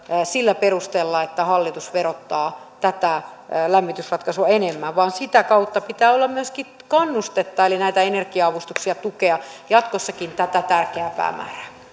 sillä perusteella että hallitus verottaa tätä lämmitysratkaisua enemmän vaan sitä kautta pitää olla myöskin kannustetta eli näitä energia avustuksia ja tukea jatkossakin tätä tärkeää päämäärää